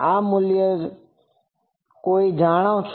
આ મૂલ્ય કોઈ જાણે છે